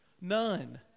None